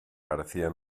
parecía